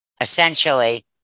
essentially